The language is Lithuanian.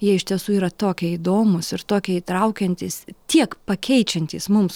jie iš tiesų yra tokie įdomūs ir tokie įtraukiantys tiek pakeičiantys mums